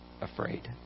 afraid